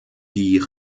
die